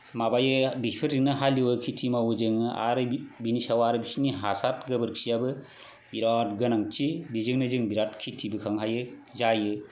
माबायो बिफोरजोंनो हालेवो खेति मावो जोङो आरो बिनि सायाव आरो बिसोरनि हासार गोबोरखियाबो बिराद गोनांथि बेजोंनो जों बिराद खेतिबो खालामनो हायो जायो